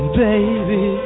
baby